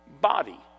body